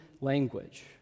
language